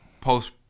Post